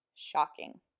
Shocking